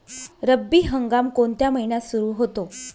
रब्बी हंगाम कोणत्या महिन्यात सुरु होतो?